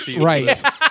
right